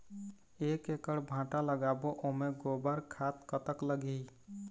एक एकड़ भांटा लगाबो ओमे गोबर खाद कतक लगही?